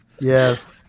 Yes